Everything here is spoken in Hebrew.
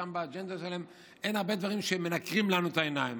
שם באג'נדה שלהם אין הרבה דברים שמנקרים לנו את העיניים.